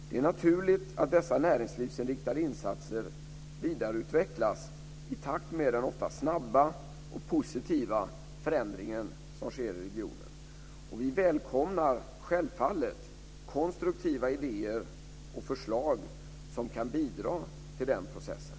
Det är naturligt att dessa näringslivsinriktade insatser vidareutvecklas i takt med den ofta snabba och positiva förändring som sker i regionen. Vi välkomnar självfallet konstruktiva idéer och förslag som kan bidra till den processen.